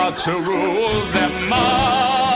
ah to rule them